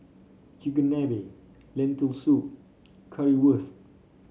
Chigenabe Lentil Soup Currywurst